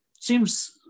seems